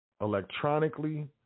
electronically